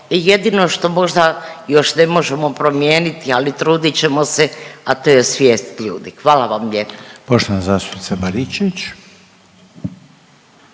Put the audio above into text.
Jedino što možda još ne možemo promijeniti, ali trudit ćemo se, a to je svijest ljudi, hvala vam lijepo. **Reiner,